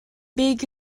beg